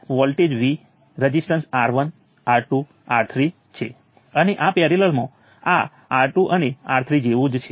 તેથી લેફ્ટ સાઈડે તે બધામાં રઝિસ્ટરો દ્વારા કરંટોનો સમાવેશ થાય છે